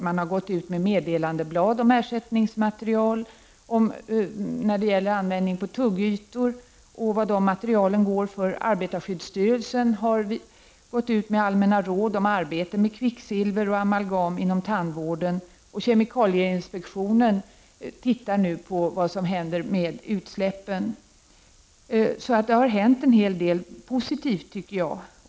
Den har också utgivit meddelandeblad om ersättningsmaterial för tuggytor. Arbetarskyddsstyrelsen har utgivit allmänna råd om arbete med kvicksilver och amalgam inom tandvården. Och kemikalieinspektionen ser nu över vad som händer med utsläppen. Jag anser därför att en hel del positivt har hänt.